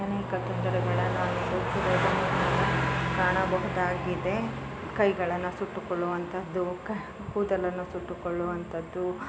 ಅನೇಕ ತೊಂದರೆಗಳನ್ನು ಅನುಭವಿಸಿರೋದನ್ನು ನಾವು ಕಾಣಬಹುದಾಗಿದೆ ಕೈಗಳನ್ನು ಸುಟ್ಟುಕೊಳ್ಳುವಂಥದ್ದು ಕೂದಲನ್ನು ಸುಟ್ಟುಕೊಳ್ಳುವಂಥದ್ದು